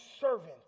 servant